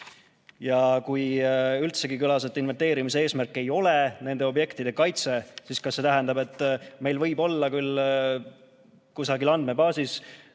Ja kui siin kõlas mõte, et inventeerimise eesmärk ei ole üldsegi nende objektide kaitse, siis kas see tähendab, et meil võib olla küll kusagil andmebaasis